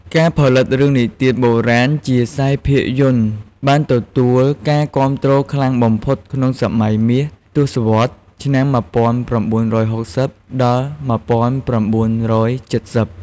ការផលិតរឿងនិទានបុរាណជាខ្សែភាពយន្តបានទទួលការគាំទ្រខ្លាំងបំផុតក្នុង សម័យមាស ទសវត្សរ៍ឆ្នាំ១៩៦០ ដល់ ១៩៧០។